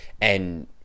and-